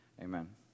Amen